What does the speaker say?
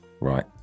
Right